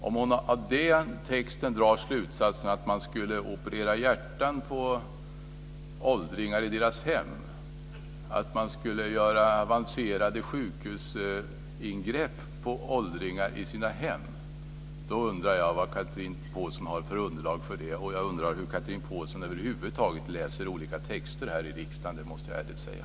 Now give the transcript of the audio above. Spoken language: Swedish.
Om man av den texten drar slutsatsen att man skulle operera hjärtan på åldringar i deras hem, att man skulle göra avancerade sjukhusingrepp på åldringar i deras hem, då undrar jag vad Chatrine Pålsson har för underlag för det. Jag undrar också hur Chatrine Pålsson över huvud taget läser olika texter här i riksdagen. Det måste jag ärligt säga.